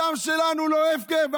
הדם שלנו לא הפקר.